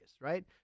right